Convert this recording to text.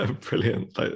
Brilliant